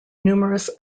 numerous